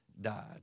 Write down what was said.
died